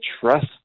trust